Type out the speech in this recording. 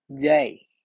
day